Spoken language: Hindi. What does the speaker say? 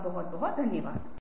आपका बहुत धन्यवाद